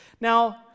Now